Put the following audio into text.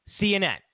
CNN